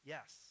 Yes